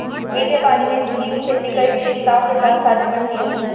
मीठे पानी में झींगे की खेती कई विशेषताओं के साथ साझा करती है